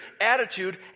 Attitude